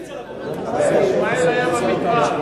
חבר הכנסת שטרית,